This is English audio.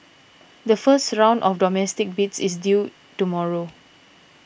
the first round of domestic bids is due tomorrow